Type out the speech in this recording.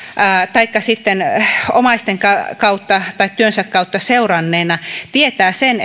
taikka sitten omaisten kautta tai työnsä kautta seuranneena tietää sen